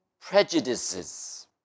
prejudices